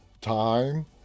time